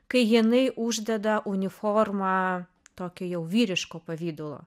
kai jinai uždeda uniformą tokią jau vyriško pavidalo